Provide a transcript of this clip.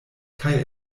kaj